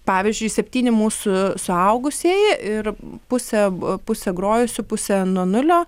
pavyzdžiui septyni mūsų suaugusieji ir pusė pusė grojusių pusė nuo nulio